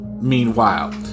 meanwhile